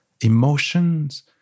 Emotions